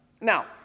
Now